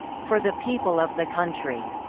for the people of the country.